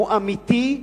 הוא אמיתי,